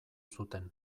zuten